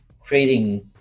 creating